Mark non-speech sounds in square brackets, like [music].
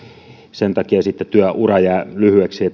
sen takia sitten työura jää lyhyeksi [unintelligible]